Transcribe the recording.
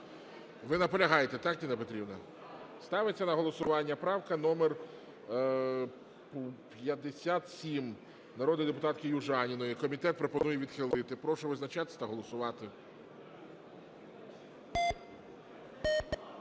Ви наполягаєте, так, Ніна Петрівна? Ставиться на голосування правка номер 57 народної депутатки Южаніної. Комітет пропонує відхилити. Прошу визначатись та голосувати.